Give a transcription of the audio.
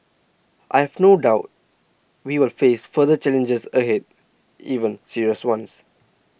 I have no doubt we will face further challenges ahead even serious ones